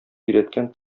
өйрәткән